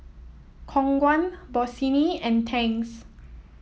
Khong Guan Bossini and Tangs